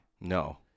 No